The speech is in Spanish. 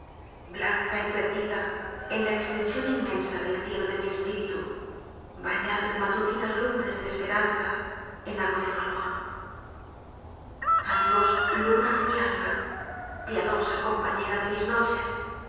blanca y perdida en la extensión inmensa del cielo de mi espíritu bañado en matutinas lumbres de esperanza en agorero albor i adiós luna de mi alma piadosa compañera de mis noches